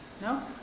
No